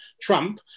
Trump